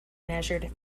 measured